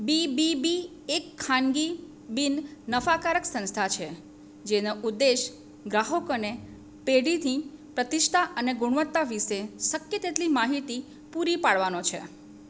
બી B B એક ખાનગી બિન નફાકારક સંસ્થા છે જેનો ઉદ્દેશ ગ્રાહકોને પેઢીથી પ્રતિષ્ઠા અને ગુણવત્તા વિશે શક્ય તેટલી માહિતી પૂરી પાડવાનો છે